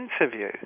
interview